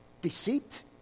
Deceit